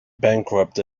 bankrupt